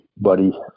buddy